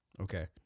Okay